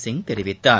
சிங் தெரிவித்தார்